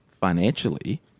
Financially